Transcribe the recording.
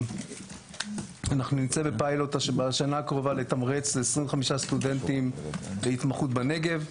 בשנה הקרובה אנחנו נצא בפיילוט לתמרץ 25 סטודנטים להתמחות בנגב,